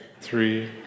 three